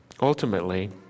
ultimately